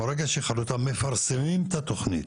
ברגע שהיא חלוטה מפרסמים את התכנית.